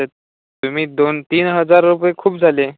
ते तुम्ही दोन तीन हजार रुपये खूप झाले